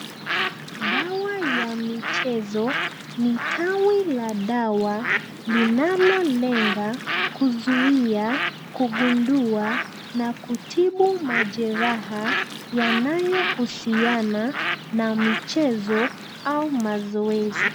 Dawa ya michezo. Ni tawi la dawa linalolenga kuzuia, kugundua na kutibu majeraha yanayohusiana na michezo au mazoezi.